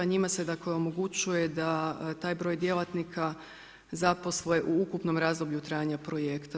Njima se dakle, omogućuje da taj broj djelatnika, zaposle u ukupnom razdoblju trajanja projekta.